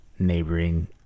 Neighboring